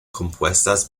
compuestas